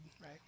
right